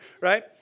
right